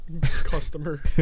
customer